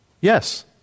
Yes